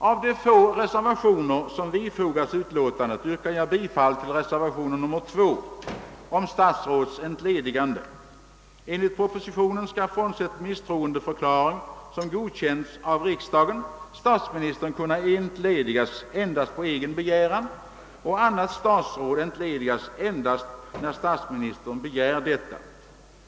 Av de få reservationer som fogats vid utskottsutlåtandet yrkar jag bifall till reservationen 2 om statsråds entledigande. Enligt propositionen skall — frånsett efter misstroendeförklaring som godkänts av riksdagen — statsministern kunna entledigas endast på egen begäran och annat statsråd endast när statsministern begär detta.